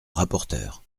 rapporteur